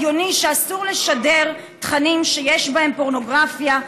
הגיוני שאסור לשדר תכנים שיש בהם פורנוגרפיה,